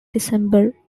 december